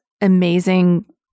amazing